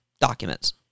documents